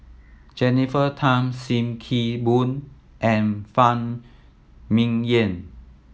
Jennifer Tham Sim Kee Boon and Phan Ming Yen